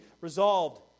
resolved